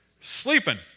Sleeping